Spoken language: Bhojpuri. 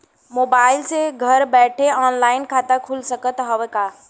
मोबाइल से घर बैठे ऑनलाइन खाता खुल सकत हव का?